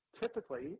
typically